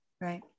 Right